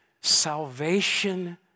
salvation